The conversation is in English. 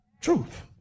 Truth